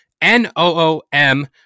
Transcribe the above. N-O-O-M